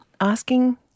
asking